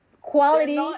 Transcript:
quality